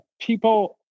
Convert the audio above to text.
people